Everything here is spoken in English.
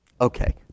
Okay